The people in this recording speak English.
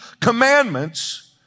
commandments